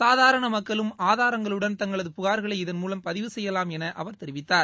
சாதாரண மக்களும் ஆதாரங்களுடன் தங்களது புகார்களை இதன்மூலம் பதிவு செய்யலாம் என அவர் தெரிவித்தார்